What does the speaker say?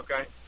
Okay